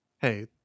hey